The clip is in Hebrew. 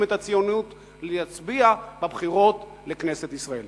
את הציונות להצביע בבחירות לכנסת ישראל.